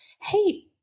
hey